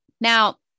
Now